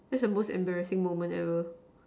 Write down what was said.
that's the most embarrassing moment ever